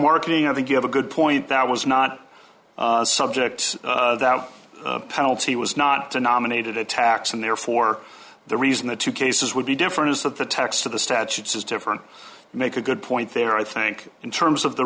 marketing i think you have a good point that was not subject that penalty was not to nominated a tax and therefore the reason the two cases would be different is that the text of the statutes is different make a good point there i think in terms of the